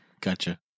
Gotcha